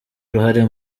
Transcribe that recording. uruhare